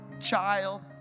child